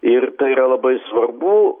ir tai yra labai svarbu